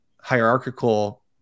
hierarchical